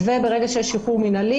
וברגע שיש שחרור מינהלי,